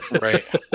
Right